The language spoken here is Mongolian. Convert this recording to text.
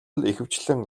ихэвчлэн